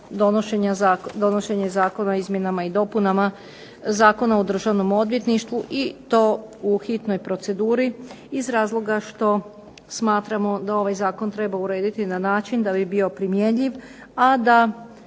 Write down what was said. donošenje Zakona o izmjenama i dopunama Zakona o Državnom odvjetništvu, i to u hitnoj proceduri, iz razloga što smatramo da ovaj zakon treba urediti na način da bi bio primjenjiv, a da